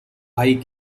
high